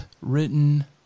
written